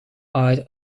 are